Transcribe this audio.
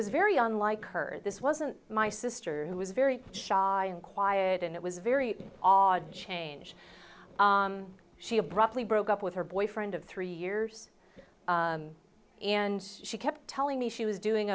was very unlike her this wasn't my sister who was very shy and quiet and it was very odd change she abruptly broke up with her boyfriend of three years and she kept telling me she was doing